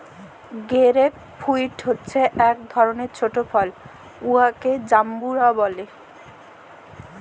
grape fruit হছে ইক ধরলের ছট ফল উয়াকে জাম্বুরা ব্যলে